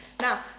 now